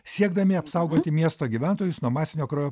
siekdami apsaugoti miesto gyventojus nuo masinio kraujo